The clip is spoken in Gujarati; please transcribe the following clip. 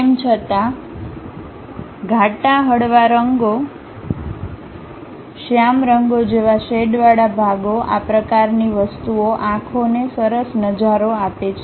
તેમ છતાં ધાટા હળવા રંગો શ્યામ રંગો જેવા શેડવાળા ભાગો આ પ્રકારની વસ્તુઓ આંખોને સરસ નજારો આપે છે